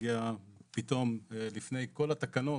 שהגיעה פתאום לפני כל התקנות.